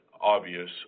obvious